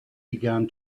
began